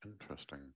interesting